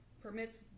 permits